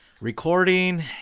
Recording